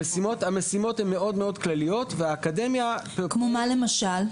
המשימות הן מאוד מאוד כלליות והאקדמיה --- כמו מה למשל?